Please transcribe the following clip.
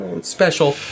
special